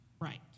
right